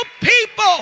people